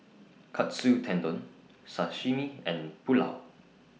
Katsu Tendon Sashimi and Pulao